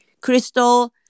crystal